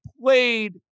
played